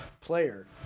player